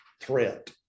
threat